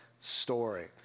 story